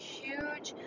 huge